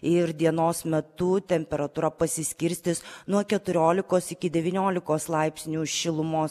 ir dienos metu temperatūra pasiskirstys nuo keturiolikos iki devyniolikos laipsnių šilumos